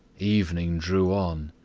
evening drew on.